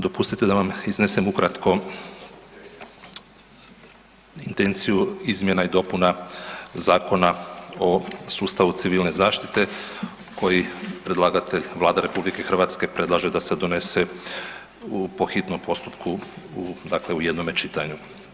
Dopustite da vam iznesem ukratko intenciju izmjena i dopuna Zakona o sustavu civilne zaštite koji predlagatelj, Vlada RH predlaže da se donese po hitnom postupku, dakle u jednome čitanju.